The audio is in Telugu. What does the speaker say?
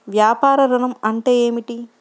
వ్యాపార ఋణం అంటే ఏమిటి?